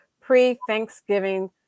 pre-Thanksgiving